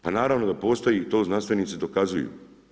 Pa naravno da postoji, to znanstvenici dokazuju.